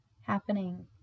happening